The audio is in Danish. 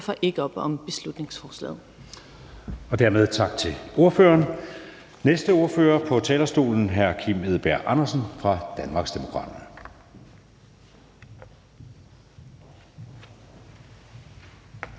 Anden næstformand (Jeppe Søe): Dermed tak til ordføreren. Næste ordfører på talerstolen er hr. Kim Edberg Andersen fra Danmarksdemokraterne.